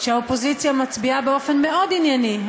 שהאופוזיציה מצביעה באופן מאוד ענייני.